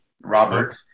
Robert